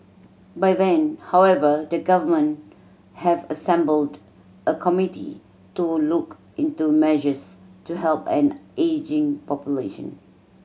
by then however the government have assembled a committee to look into measures to help an ageing population